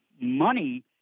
money